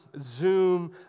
zoom